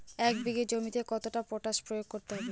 এক বিঘে জমিতে কতটা পটাশ প্রয়োগ করতে হবে?